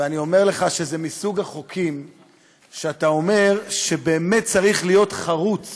ואני אומר לך שזה מסוג החוקים שאתה אומר שבאמת צריך להיות חרוץ